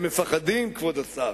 הם מפחדים, כבוד השר.